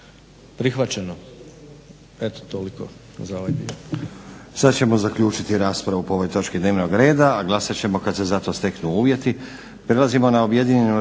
prihvaćeno. Eto toliko